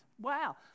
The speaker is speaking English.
Wow